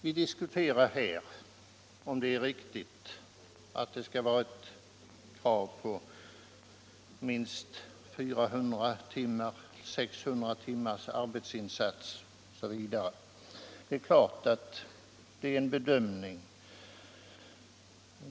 Vi diskuterar här om det är riktigt att kräva en arbetsinsats på minst 400 timmar, 600 timmar osv. Det är naturligtvis en bedömningsfråga.